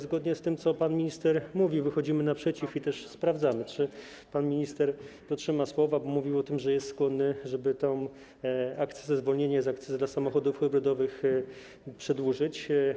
Zgodnie z tym, co pan minister mówił, wychodzimy naprzeciw i też sprawdzamy, czy pan minister dotrzyma słowa, bo mówił o tym, że jest skłonny, żeby to zwolnienie z akcyzy dla samochodów hybrydowych przedłużyć.